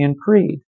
Creed